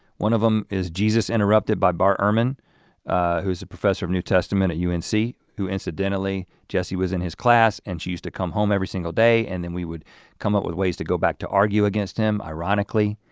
one of them is jesus interrupted by bart ehrman who's a professor of new testament at unc and who incidentally jessie was in his class and she used to come home every single day and then we would come up with ways to go back to argue against him, ironically.